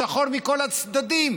שחור מכל הצדדים.